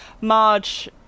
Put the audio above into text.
Marge